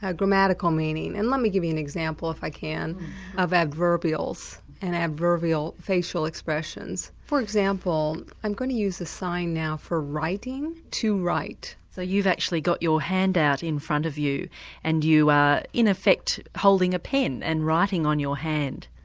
ah grammatical meaning. and let me give you an example if i can of adverbials, and adverbial facial expressions. for example i'm going to use the sign now for writing. to write. so you've actually got your hand out in front of you and you are in effect holding a pen and writing on your hand.